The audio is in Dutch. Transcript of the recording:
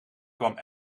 kwam